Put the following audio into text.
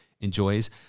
enjoys